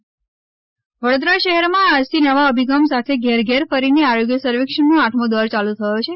વડોદરા સર્વેક્ષણ વડોદરા શહેરમાં આજથી નવા અભિગમ સાથે ઘેર ઘેર ફરીને આરોગ્ય સર્વેક્ષણનો આઠમો દોર ચાલુ થયો છે